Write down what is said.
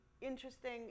interesting